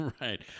Right